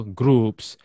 groups